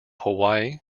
hawaii